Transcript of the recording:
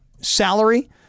salary